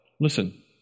listen